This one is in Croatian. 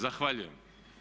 Zahvaljujem.